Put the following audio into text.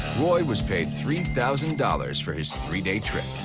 roy was paid three thousand dollars for his three-day trip.